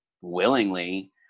willingly